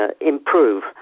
improve